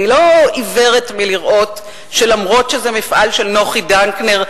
אני לא עיוורת מלראות שלמרות שזה מפעל של נוחי דנקנר,